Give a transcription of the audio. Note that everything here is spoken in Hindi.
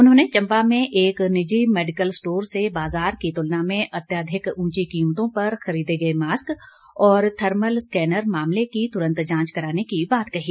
उन्होंने चंबा में एक निजी मेडिकल स्टोर से बाजार की तुलना में अत्याधिक ऊंची कीमतों पर खरीदे गए मास्क और थर्मल स्कैनर मामले की तुरंत जांच कराने की बात कही